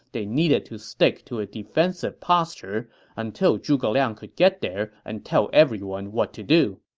they needed to stick to a defensive posture until zhuge liang could get there and tell everyone what to do.